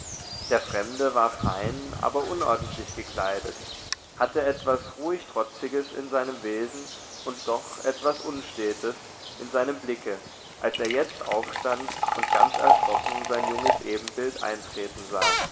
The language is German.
der fremde war fein aber unordentlich gekleidet hatte etwas ruhig trotziges in seinem wesen und doch etwas unstetes in seinem blicke als er jetzt aufstand und ganz erschrocken sein junges ebenbild eintreten sah